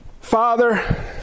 Father